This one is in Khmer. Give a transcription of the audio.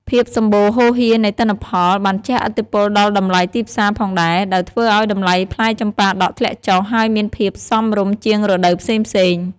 ភាពសម្បូរហូរហៀរនៃទិន្នផលបានជះឥទ្ធិពលដល់តម្លៃទីផ្សារផងដែរ ដោយធ្វើឱ្យតម្លៃផ្លែចម្ប៉ាដាក់ធ្លាក់ចុះហើយមានភាពសមរម្យជាងរដូវផ្សេងៗ។